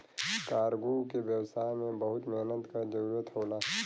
cargo के व्यवसाय में बहुत मेहनत क जरुरत होला